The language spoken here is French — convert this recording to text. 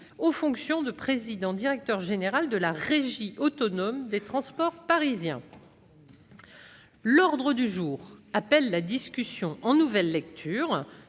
aux fonctions de président-directeur général de la Régie autonome des transports parisiens. L'ordre du jour appelle la discussion, en nouvelle lecture,